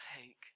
take